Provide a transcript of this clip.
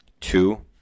Two